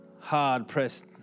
hard-pressed